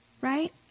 right